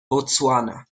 botswana